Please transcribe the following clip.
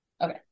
Okay